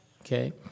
okay